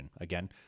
Again